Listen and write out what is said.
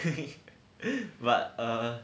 but err